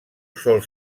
sol